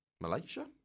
Malaysia